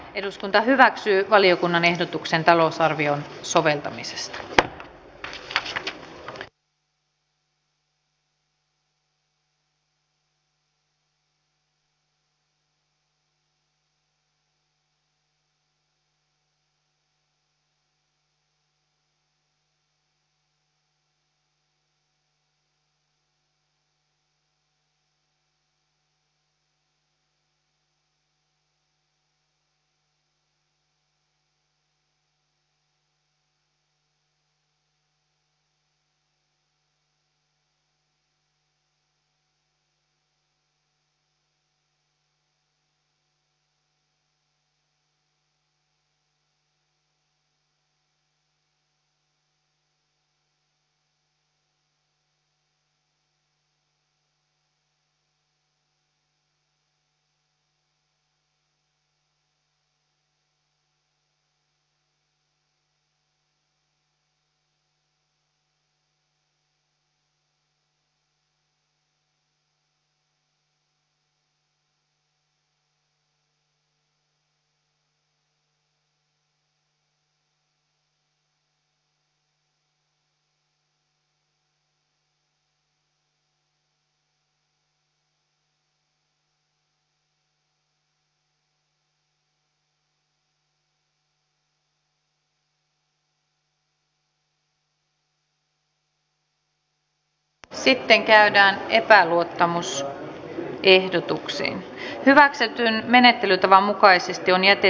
eduskunta edellyttää että säästötoimien vaikutuksista talouskasvuun ihmisten ostovoimaan ja sosiaalisen oikeudenmukaisuuden toteutumiseen tehdään asianmukaiset vaikutusarvioinnit